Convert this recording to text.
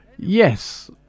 Yes